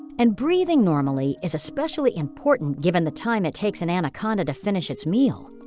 and breathing normally is especially important, given the time it takes an anaconda to finish its meal.